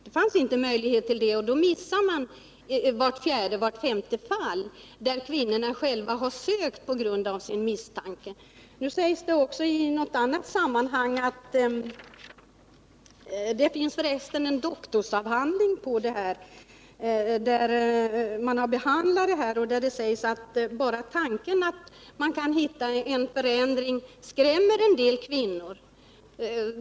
Om man inte använder denna metod missar man vart fjärde eller vart femte fall när kvinnor själva söker läkare på grund av egna misstankar om att de har bröstcancer. Det finns för resten en doktorsavhandling där dessa frågor tas upp. Där sägs att bara tanken att man kan hitta en förändring skrämmer en del kvinnor.